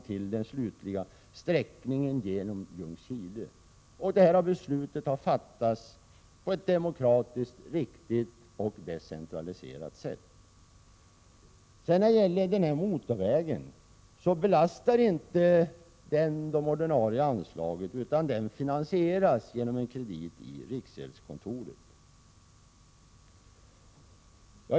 1987/88:123 fram till det bästa alternativet för en sträckning av vägen genom Ljungskile. 19 maj 1988 Detta beslut har fattats i demokratisk ordning och på ett decentraliserat sätt. Motorvägen belastar inte de ordinarie anslagen, utan den finansieras genom en kredit hos riksgäldskontoret.